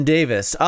Davis